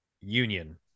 union